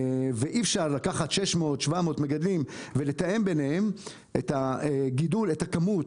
ואי אפשר לקחת 600-700 מגדלים ולתאם ביניהם את הכמות.